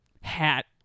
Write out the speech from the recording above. hat